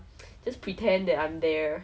it was really very disappointing